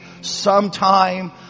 sometime